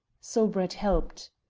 so brett helped.